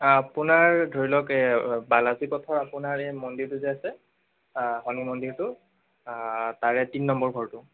আপোনাৰ ধৰি লওক বালাজী পথৰ আপোনাৰ এই মন্দিৰটো যে আছে শনি মন্দিৰটো তাৰে তিনি নম্বৰ ঘৰটো